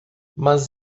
mas